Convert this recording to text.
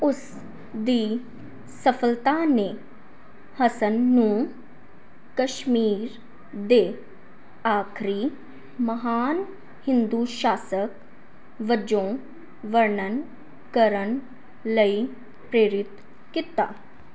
ਉਸ ਦੀ ਸਫ਼ਲਤਾ ਨੇ ਹਸਨ ਨੂੰ ਕਸ਼ਮੀਰ ਦੇ ਆਖ਼ਰੀ ਮਹਾਨ ਹਿੰਦੂ ਸ਼ਾਸਕ ਵਜੋਂ ਵਰਣਨ ਕਰਨ ਲਈ ਪ੍ਰੇਰਿਤ ਕੀਤਾ